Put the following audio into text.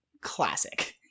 classic